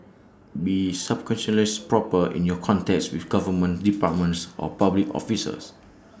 be scrupulously proper in your contacts with government departments or public officers